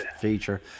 feature